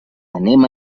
anem